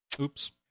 Oops